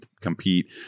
compete